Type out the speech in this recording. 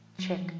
Check